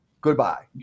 goodbye